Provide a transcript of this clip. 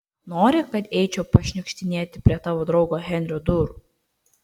nori kad eičiau pašniukštinėti prie tavo draugo henrio durų